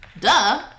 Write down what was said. Duh